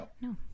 No